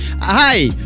Hi